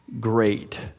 great